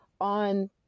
on